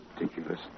ridiculous